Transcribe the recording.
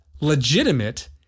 Legitimate